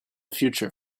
future